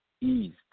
eased